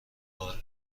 کار